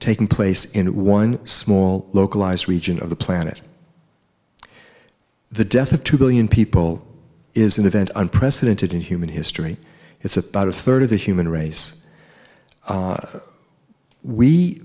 taking place in one small localized region of the planet the death of two billion people is an event unprecedented in human history it's about a third of the human race